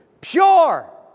pure